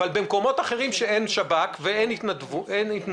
אבל במקומות אחרים שבהם אין שב"כ ואין התנוונות,